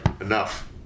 enough